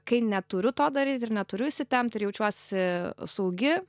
kai neturiu to daryti ir neturiu įsitempti ir jaučiuosi saugi